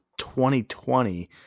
2020